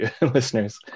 listeners